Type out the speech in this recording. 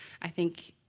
i thnk,